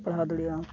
ᱯᱟᱲᱦᱟᱣ ᱫᱟᱲᱮᱜᱼᱟ